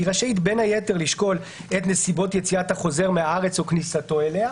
היא רשאית בין היתר לשקול את נסיבות יציאת החוזר מהארץ או כניסתו אליה.